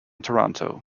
toronto